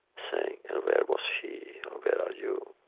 saying, and where was he or where are you?